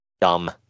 Dumb